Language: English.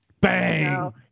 Bang